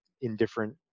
indifferent